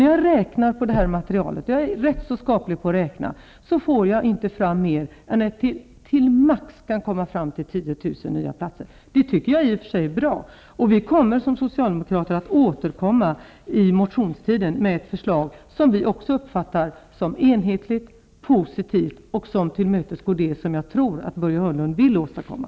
När jag räknar på detta -- och jag är rätt så bra på att räkna -- kommer jag fram till att det handlar om maximalt 10 000 nya platser. I och för sig är det bra. Vi socialdemokrater återkommer under motionstiden med ett förslag som vi uppfattar som enhetligt och positivt och som möjliggör det som jag tror att Börje Hörnlund vill åstadkomma.